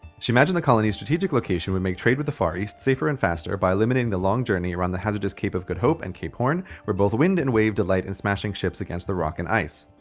she imagined the colony's strategic location would make trade with the far east safer and faster by eliminating the long journey around the hazardous cape of good hope and cape horn where both wind and wave delight in smashing ships against rock and ice.